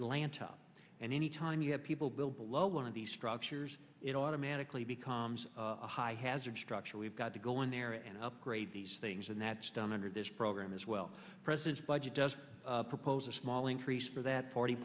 atlanta and any time you have people build below one of these structures it automatically becomes a high hazard structure we've got to go in there and upgrade these things and that's done under this program as well president's budget does propose a small increase for that forty